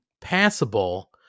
passable